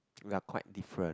we are quite different